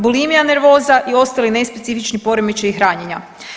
bulimija nervoza i ostali nespecifični poremećaji hranjenja.